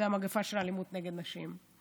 זו המגפה של האלימות נגד נשים.